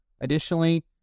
Additionally